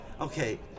Okay